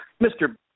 Mr